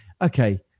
okay